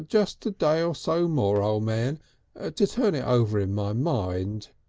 ah just a day or so more, o' man to turn it over in my mind,